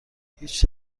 هیچ